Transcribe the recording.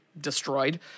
destroyed